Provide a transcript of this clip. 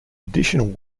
additional